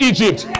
Egypt